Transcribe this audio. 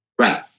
Right